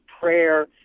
prayer